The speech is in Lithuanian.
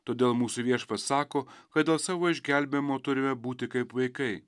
todėl mūsų viešpats sako kad dėl savo išgelbėjimo turime būti kaip vaikai